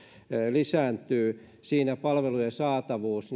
lisääntyy miten siinä palvelujen saatavuus